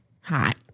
Hot